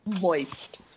Moist